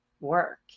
work